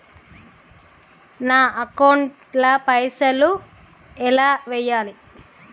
నా అకౌంట్ ల పైసల్ ఎలా వేయాలి?